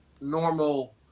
normal